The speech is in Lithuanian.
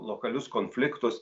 lokalius konfliktus